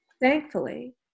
thankfully